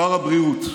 שר הבריאות.